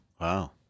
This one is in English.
Wow